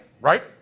right